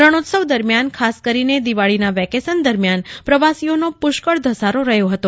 રણોત્સવ દરમિયાન ખાસ કરીને દિવાળીના વેકેશન દરમિયાન પ્રવાસીઓનો પુષ્કળ ધસારો રહ્યો હતો